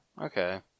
Okay